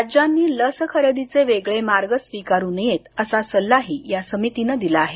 राज्यांनी लस खरेदीचे वेगळे मार्ग स्वीकारु नयेत असा सल्लाही या समितीनं दिला आहे